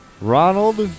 Ronald